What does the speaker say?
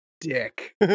dick